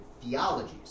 theologies